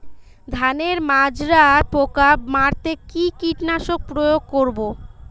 ধানের মাজরা পোকা মারতে কি কীটনাশক প্রয়োগ করব?